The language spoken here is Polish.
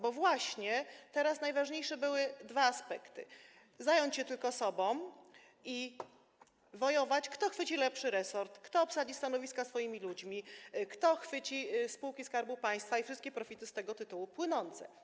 Bo teraz najważniejsze były dwa aspekty - zająć się tylko sobą i wojować, kto chwyci lepszy resort, kto obsadzi stanowiska swoimi ludźmi, kto chwyci spółki Skarbu Państwa i wszystkie profity z tego tytułu płynące.